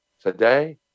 Today